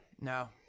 No